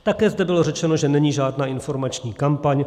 Také zde bylo řečeno, že není žádná informační kampaň.